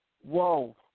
Whoa